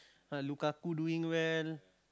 ah Lukaku doing well